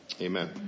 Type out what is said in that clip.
Amen